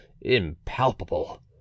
impalpable